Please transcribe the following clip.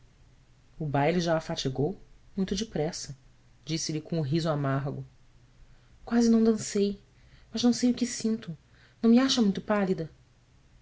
o baile já a fatigou muito depressa disse-lhe com o riso amargo uase não dancei mas não sei o que sinto não me acha muito pálida